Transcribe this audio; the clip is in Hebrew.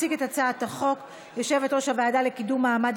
תציג את הצעת החוק יושבת-ראש הוועדה לקידום מעמד